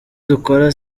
dukora